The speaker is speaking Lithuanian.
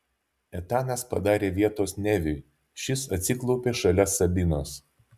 etanas padarė vietos neviui šis atsiklaupė šalia sabinos